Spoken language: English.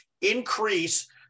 increase